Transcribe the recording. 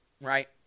right